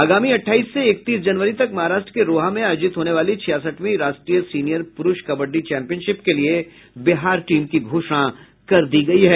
आगामी अट्ठाईस से इकतीस जनवरी तक महाराष्ट्र के रोहा में आयोजित होने वाली छियासठवीं राष्ट्रीय सीनियर पुरूष कबड्डी चैंपियनशिप के लिये बिहार टीम की घोषणा कर दी गयी है